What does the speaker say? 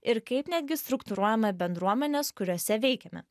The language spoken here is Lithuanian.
ir kaip netgi struktūruojame bendruomenes kuriose veikiame